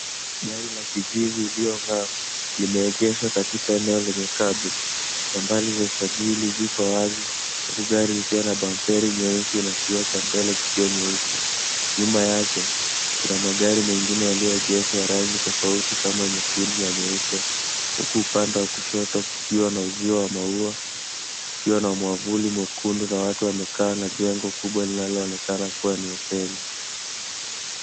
Gari la kijivu lililong'aa limeegeshwa katika eneo lenye cabro. Nambari za usajili ziko wazi huku gari likiwa na bamperi nyeusi na kioo cha mbele kikiwa nyeusi. Nyuma yake kuna magari mengine yaliyoegeshwa ya rangi nyekundu na nyeupe huku upande wa kushoto kukiwa na uzio wa maua ukiwa na mwavuli nyekundu na watu wamekaa na jengo kubwa linaloonekana kuwa ni hoteli.